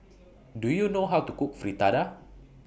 Do YOU know How to Cook Fritada